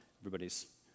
Everybody's